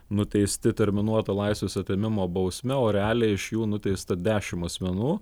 nuteisti terminuota laisvės atėmimo bausme o realiai iš jų nuteista dešim asmenų